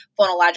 phonological